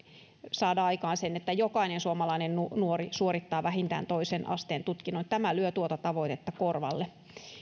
saada aikaan sen että jokainen suomalainen nuori suorittaa vähintään toisen asteen tutkinnon tämä lyö tuota tavoitetta korvalle